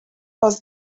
was